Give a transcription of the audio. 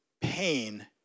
pain